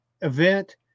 event